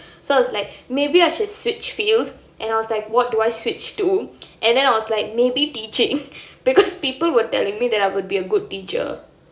so I was like maybe I should switch fields and I was like what do I switch to and then I was like maybe teaching because people were telling me that I would be a good teacher